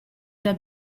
that